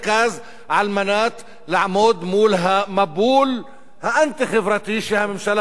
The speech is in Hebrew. על מנת לעמוד מול המבול האנטי-חברתי שהממשלה הזו מתכננת.